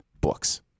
books